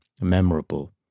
memorable